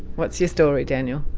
what's your story daniel?